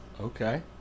Okay